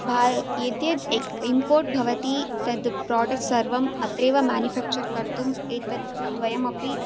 भारत् यद्यत् इन्पोर्ट् भवति तत् प्रोडक्ट् सर्वम् अत्रैव मेनुफैकचैर् कर्तुम् एतेत् द्वयम् अपि